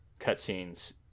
cutscenes